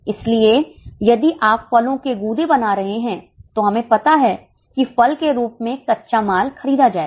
इसलिए यदि आप फलों के गूदे बना रहे हैं तो हमें पता है कि फल के रूप में कच्चा माल खरीदा जाएगा